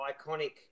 iconic